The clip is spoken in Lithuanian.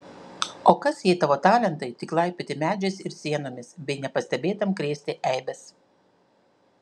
o kas jei tavo talentai tik laipioti medžiais ir sienomis bei nepastebėtam krėsti eibes